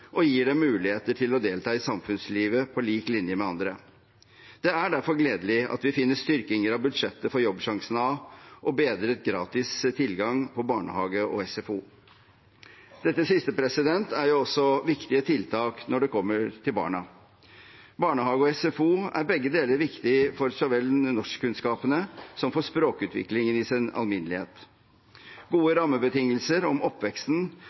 og gir dem muligheter til å delta i samfunnslivet på lik linje med andre. Det er derfor gledelig at vi finner styrking i budsjettet av Jobbsjansen del A og bedret gratis tilgang på barnehage og SFO. Dette siste er jo også viktige tiltak når det kommer til barna. Barnehage og SFO er begge deler viktig for så vel norskkunnskapene som for språkutviklingen i sin alminnelighet. Gode rammebetingelser for oppveksten